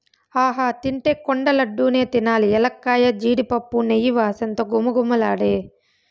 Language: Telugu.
ఆహా తింటే కొండ లడ్డూ నే తినాలి ఎలక్కాయ, జీడిపప్పు, నెయ్యి వాసనతో ఘుమఘుమలాడే